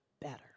better